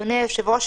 אדוני היושב-ראש,